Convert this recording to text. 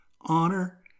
Honor